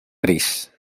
gris